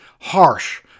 harsh